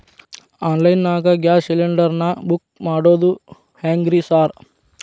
Online ನಾಗ gas cylinder ನಾ book ಮಾಡೋದ್ ಹೆಂಗ್ರಿ ಸಾರ್?